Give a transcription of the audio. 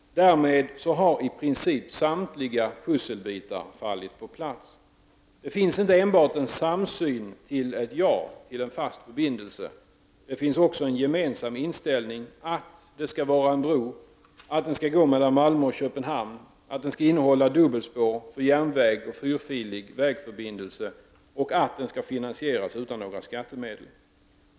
Därmed har i princip samtliga pusselbitar fallit på plats. Det råder en samsyn inte enbart när det gäller ett ja till en fast förbindelse, utan det finns också en gemensam inställning att det skall vara en bro, att den skall gå mellan Malmö och Köpenhamn, att den skall innehålla dubbelspår för järnväg och en fyrfilig väg och att den skall finansieras utan några skattemedel.